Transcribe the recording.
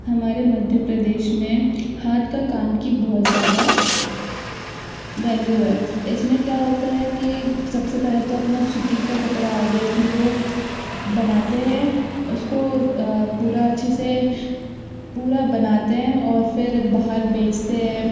हमारे मध्य प्रदेश में हाथ के काम की बहुत ज़्यादा वैल्यू है इसमें क्या होता है कि सब से पहले तो अपना सूत का कपड़ा आ गया कि वो बनाते हैं उसको पूरा अच्छे से पूरा बनाते हैं और फिर बाहर बेचते हैं